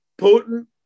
Putin